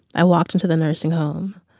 i walked into the nursing home.